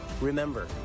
Remember